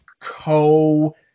co